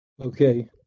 Okay